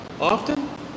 Often